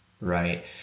right